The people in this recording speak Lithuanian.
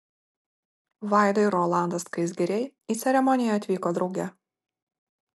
vaida ir rolandas skaisgiriai į ceremoniją atvyko drauge